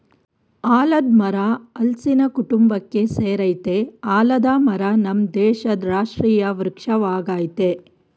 ಆಲದ್ ಮರ ಹಲ್ಸಿನ ಕುಟುಂಬಕ್ಕೆ ಸೆರಯ್ತೆ ಆಲದ ಮರ ನಮ್ ದೇಶದ್ ರಾಷ್ಟ್ರೀಯ ವೃಕ್ಷ ವಾಗಯ್ತೆ